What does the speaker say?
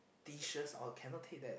dishes or cannot take that